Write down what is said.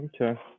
Okay